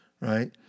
right